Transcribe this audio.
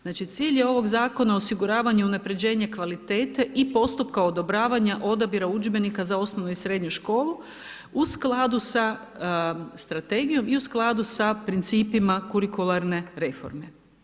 Znači, cilj je ovog zakona osiguravanje, unapređenje kvalitete i postupka odobravanja odabira udžbenika za osnovnu i srednju školu u skladu sa strategijom i u skladu sa principima kurikularne reforme.